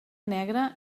negra